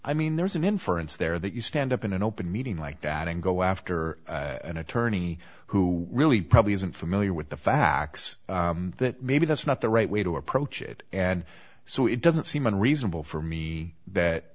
i mean there's an inference there that you stand up in an open meeting like that and go after an attorney who really probably isn't familiar with the facts that maybe that's not the right way to approach it and so it doesn't seem unreasonable for me that